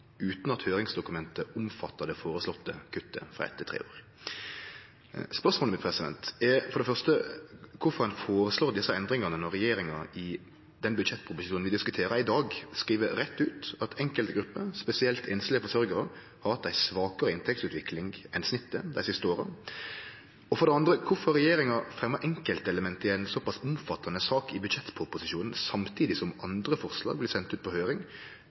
utan at høyringsdokumentet omfattar det foreslåtte kuttet frå tre til eitt år. Spørsmåla mine blir då: Kvifor foreslår ein desse endringane når regjeringa i den budsjettproposisjonen vi diskuterer i dag, skriv rett ut at enkelte grupper, spesielt einslege forsørgjarar, har hatt ei svakare inntektsutvikling enn snittet dei siste åra? Og: Kvifor fremjar regjeringa enkeltelement i ei såpass omfattande sak i budsjettproposisjonen samtidig som andre forslag blir sende ut på høyring,